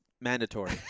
mandatory